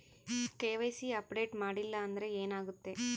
KYC update ಮಾಡಿಲ್ಲ ಅಂದ್ರೆ ಏನಾಗುತ್ತೆ?